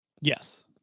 Yes